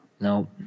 no